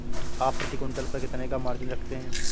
आप प्रति क्विंटल पर कितने का मार्जिन रखते हैं?